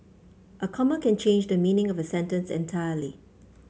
a comma can change the meaning of a sentence entirely